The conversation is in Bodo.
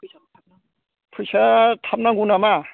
फैसा फैसाया थाब नांगौ नामा